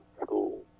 school